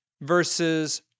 versus